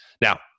Now